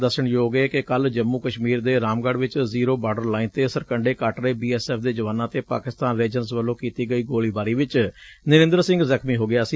ਦੱਸਣਯੋਗ ਏ ਕਿ ਕੱਲ੍ ਜੰਮੂ ਕਸ਼ਮੀਰ ਦੇ ਰਾਮਗੜ੍ ਚ ਜ਼ੀਰੋ ਬਾਰਡਰ ਲਾਈਨ ਤੇ ਸਰਕੰਡੇ ਕੱਟ ਰਹੇ ਬੀ ਐਸ ਐਫ਼ ਦੇ ਜਵਾਨਾਂ ਤੇ ਪਾਕਿਸਤਾਨ ਰੇਂਜਰਜ਼ ਵੱਲੋ ਕੀਤੀ ਗਈ ਗੋਲੀਬਾਰੀ ਵਿਚ ਨਰੇਂਦਰ ਸਿੰਘ ਜ਼ਖ਼ਮੀ ਹੋ ਗਿਆ ਸੀ